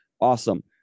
awesome